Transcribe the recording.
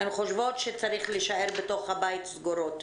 הן חושבות שצריך להישאר בתוך הבית סגורות.